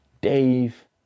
Dave